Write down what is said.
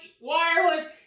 wireless